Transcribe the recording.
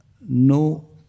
no